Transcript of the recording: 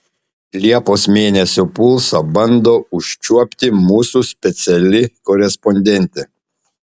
liepos mėnesio pulsą bando užčiuopti mūsų speciali korespondentė